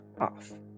off